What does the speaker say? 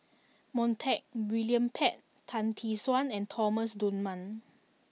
Montague William Pett Tan Tee Suan and Thomas Dunman